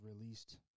released